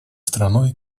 страной